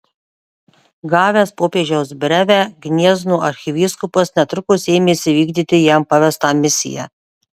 gavęs popiežiaus brevę gniezno arkivyskupas netrukus ėmėsi vykdyti jam pavestą misiją